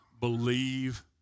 believe